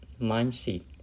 mindset